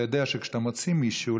ואתה יודע שכשאתה מוציא מישהו,